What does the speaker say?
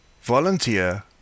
volunteer